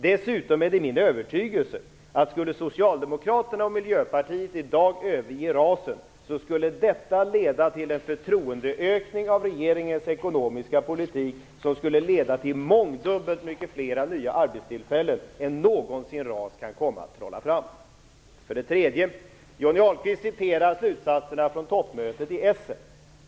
Dessutom är det min övertygelse att det om socialdemokraterna och Miljöpartiet i dag skulle överge RAS:et skulle leda till en ökning av förtroendet för regeringens ekonomiska politik, som i sin tur skulle leda till mångdubbelt fler nya arbetstillfällen än någonsin RAS kan komma att trolla fram. För det tredje: Johnny Ahlqvist citerar slutsatserna från toppmötet i Essen.